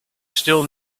still